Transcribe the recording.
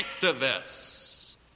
activists